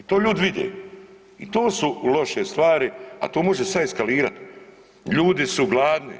I to ljudi vide i to su loše stvari, a to može sad eskalirat, ljudi su gladni.